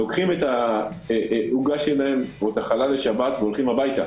לוקחים את העוגה או את החלה לשבת שקנו והולכים הביתה.